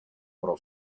pro